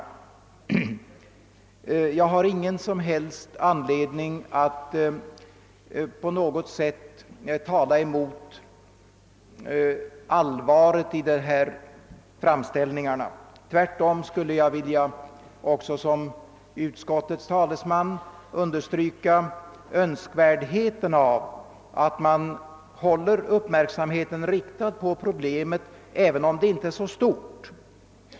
Jag har ingen anledning att förringa allvaret i dessa framställningar. Tvärtom vill jag som utskottets talesman understryka önskvärdheten av att uppmärksamheten hålls riktad på problemen, även om det inte är så stort.